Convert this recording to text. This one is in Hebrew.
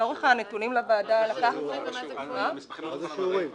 לצורך הנתונים לוועדה לקחנו --- מה זה שיעורים גבוהים?